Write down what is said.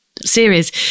series